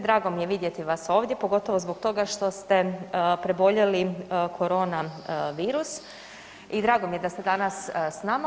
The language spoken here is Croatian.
Drago mi je vidjeti vas ovdje, pogotovo zbog toga što ste preboljeli korona virus i drago mi je da ste danas s nama.